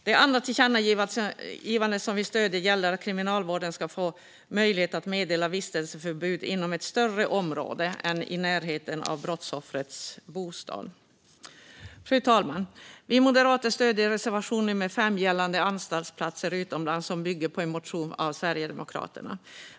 Det andra tillkännagivandet som vi stöder gäller att Kriminalvården ska få möjlighet att meddela vistelseförbud inom ett större område än i närheten av brottsoffrets bostad. Fru talman! Vi moderater stöder reservation nummer 5 gällande anstaltsplatser utomlands som bygger på en motion av Sverigedemokraterna.